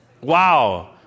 Wow